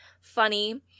funny